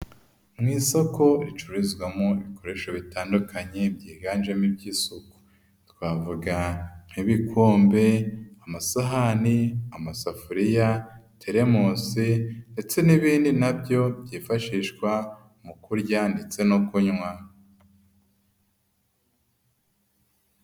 Mu isoko ricururizwamo ibikoresho bitandukanye byiganjemo iby'isuku, twavuga nk'ibikombe, amasahani, amasafuriya, teremusi ndetse n'ibindi nabyo byifashishwa mu kurya ndetse no kunywa.